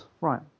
Right